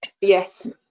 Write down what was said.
Yes